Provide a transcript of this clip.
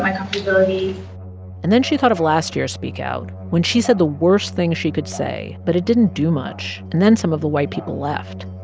my comfortability and then she thought of last year's speak out, when she said the worst thing she could say. but it didn't do much. and then some of the white people left.